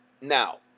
Now